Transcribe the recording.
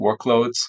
workloads